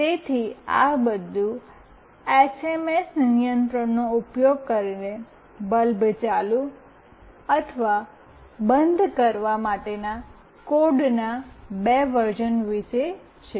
તેથી આ બધું એસએમએસ નિયંત્રણનો ઉપયોગ કરીને બલ્બ ચાલુ અને બંધ કરવા માટેના કોડના બે વર્ઝન વિશે છે